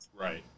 Right